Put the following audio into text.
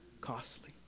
costly